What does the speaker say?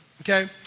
Okay